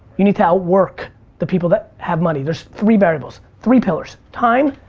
you need to outwork the people that have money. there's three variables, three pillars time,